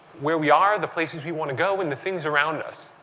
where we are, the places we want to go, and the things around us.